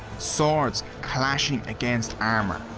swords clashed against armour,